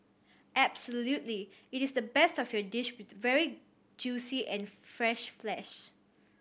absolutely it is the best of your dish with very juicy and fresh flesh